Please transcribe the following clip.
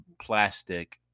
plastic